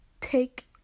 take